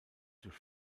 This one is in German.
durch